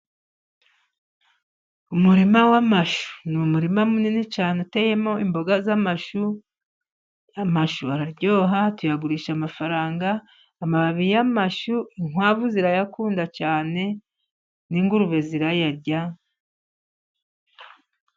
Umurima w'amashu ni umurima munini cyane. Uteyemo imboga z'amashu, amashu araryoha, tuyagurisha amafaranga, amababi y'amashu inkwavu zirayakunda cyane, n'ingurube zirayarya.